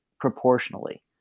proportionally